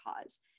cause